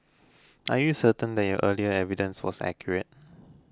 are you certain that your earlier evidence was accurate